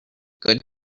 good